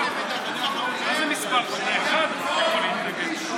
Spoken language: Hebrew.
אחד יכול להתנגד.